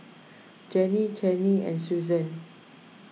Jenny Channie and Susann